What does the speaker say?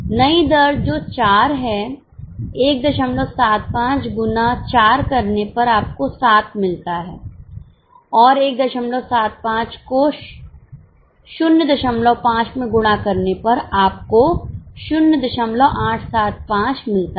नई दर जो 4 है 175 गुना 4 करने पर आपको 7 मिलता है और 175 को 05 में गुणा करने पर आपको 0875 मिलता है